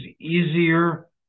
easier